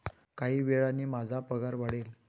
काही वेळाने माझा पगार वाढेल